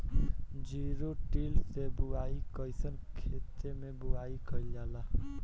Zero till से बुआई कयिसन खेते मै बुआई कयिल जाला?